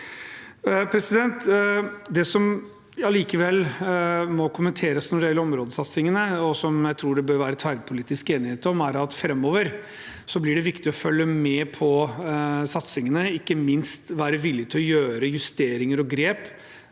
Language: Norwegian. med dette. Det som allikevel må kommenteres når det gjelder områdesatsingene, og som jeg tror det bør være tverrpolitisk enighet om, er at det framover blir viktig å følge med på satsingene, ikke minst være villig til å gjøre justeringer og grep